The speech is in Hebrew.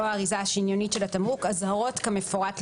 האריזה השניונית של התמרוק אזהרות כמפורט להלן,